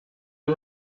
you